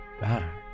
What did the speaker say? back